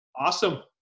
Awesome